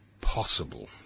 possible